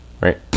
Right